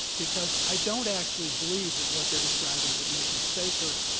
because i don't actually believe that what they're describing would make us safer,